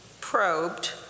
probed